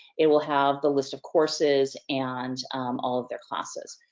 it will have the list of courses, and all of their classes.